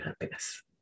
happiness